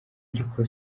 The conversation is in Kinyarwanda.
ariko